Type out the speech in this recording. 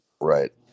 Right